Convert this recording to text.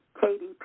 Katie